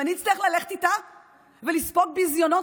ואני אצטרך ללכת איתה ולספוג ביזיונות